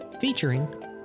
featuring